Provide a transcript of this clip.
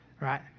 right